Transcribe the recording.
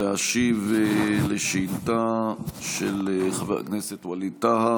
להשיב על שאילתה של חבר הכנסת ווליד טאהא